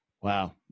Wow